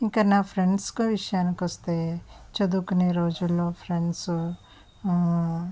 ఇంకా నా ఫ్రెండ్స్ విషయానికి కొస్తే చదువుకునే రోజుల్లో ఫ్రెండ్స్